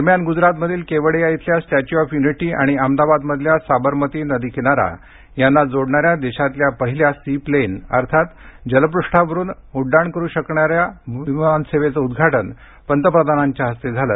दरम्यान गुजरातमधील केवडिया इथला स्टॅच्यु ऑफ युनिटी आणि अहमदाबादमधल्या साबरमती नदीकिनारा यांना जोडणाऱ्या देशातल्या पहिल्या सीप्लेन अर्थात जलपृष्ठभागावरुन उड्डाण करू शकणाऱ्या विमानसेवेचं उद्घाटन पंतप्रधानांच्या हस्ते झालं